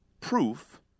proof